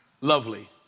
lovely